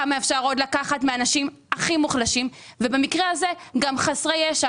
כמה אפשר עוד לקחת מאנשים הכי מוחלשים ובמקרה הזה גם חסרי ישע.